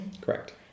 Correct